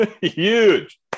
Huge